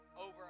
over